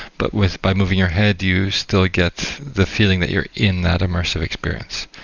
but with by moving your head, you still get the feeling that you're in that immersive experience.